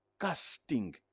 Casting